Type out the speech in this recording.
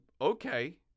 Okay